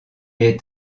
est